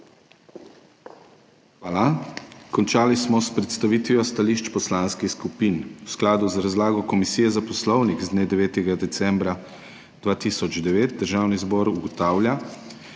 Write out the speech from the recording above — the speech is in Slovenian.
lepa. Končali smo s predstavitvijo stališč poslanskih skupin. V skladu z razlago Komisije za poslovnik z dne 9. decembra 2009 Državni zbor ugotavlja,